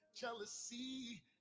jealousy